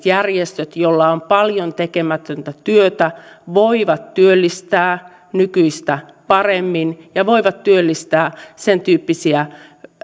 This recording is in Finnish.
esimerkiksi järjestöt joilla on paljon tekemätöntä työtä voivat työllistää nykyistä paremmin ja voivat työllistää sentyyppisiä